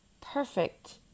perfect